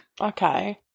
Okay